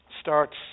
starts